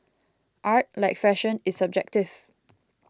art like fashion is subjective